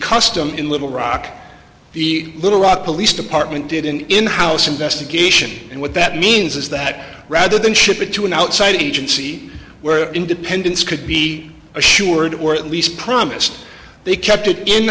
custom in little rock the little rock police department did an in house investigation and what that means is that rather than ship it to an outside agency where independence could be assured or at least promised they kept it in the